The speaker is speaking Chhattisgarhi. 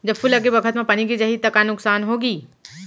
जब फूल लगे बखत म पानी गिर जाही त का नुकसान होगी?